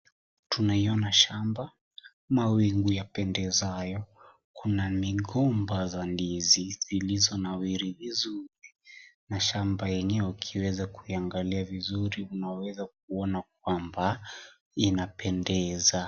Tunaiona shamba, mawingu yapendeza hayo. Kuna migomba za ndizi zilizonawiri vizuri na shamba yenyewe ukiweza kuiangalia vizuri unaweza kuona kwamba inapendeza.